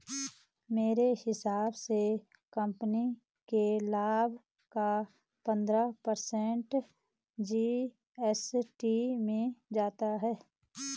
मेरे हिसाब से कंपनी के लाभ का पंद्रह पर्सेंट जी.एस.टी में जाता है